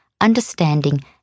understanding